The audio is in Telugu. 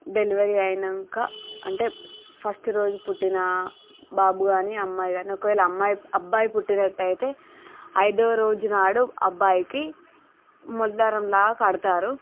డెలివరీ అయినాక అంటే ఫస్ట్ రోజు పుట్టిన బాబు కానీ అమ్మాయి కానీ ఒకవేళ అమ్మాయి అబ్బాయి పుట్టినట్టు అయితే ఐదో రోజు నాడు అబ్బాయికి మొల దారంలాగా కడతారు